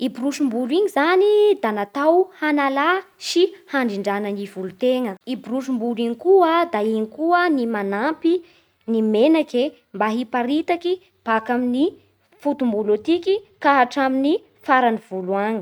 I borosim-bolo igny zany da natao hanala sy handrindrana gny volontegna. I borosim-bolo iny koa da iny koa ny manampy ny menake mba hiparitaky bàka amin'ny fotom-bolo atiky ka hatramin'ny faran'ny volo agny.